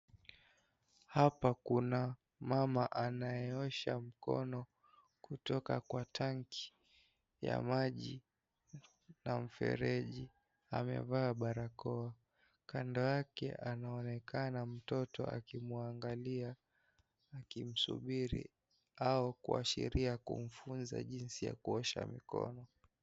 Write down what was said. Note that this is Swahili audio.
Hapa kuna mama anayeosha mkono kutoka kwa tanki ya maji na mfereji, amevaa barakoa. Kando yake anaonekana mtoto akimwangalia akimsubiri au kuashiria kumfunza jinsi ya kuosha mikono.